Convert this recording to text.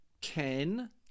Ken